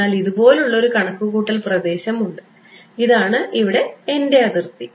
അതിനാൽ ഇതുപോലുള്ള ഒരു കണക്കുകൂട്ടൽ പ്രദേശം ഉണ്ട് ഇതാണ് ഇവിടെ എന്റെ അതിർത്തി